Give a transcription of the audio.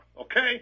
okay